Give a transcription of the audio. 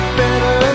better